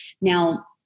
Now